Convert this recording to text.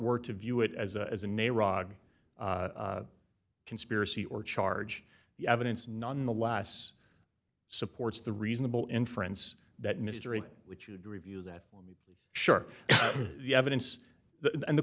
were to view it as a name rog conspiracy or charge the evidence nonetheless supports the reasonable inference that mystery which would review that for sure the evidence and the